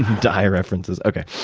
die references. okay.